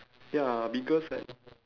ya biggest at